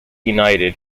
united